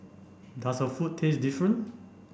does her food taste different